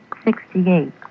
Sixty-eight